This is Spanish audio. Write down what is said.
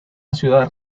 ciudad